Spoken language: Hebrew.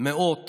מאות